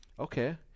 Okay